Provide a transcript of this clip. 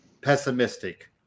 pessimistic